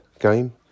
game